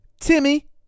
Timmy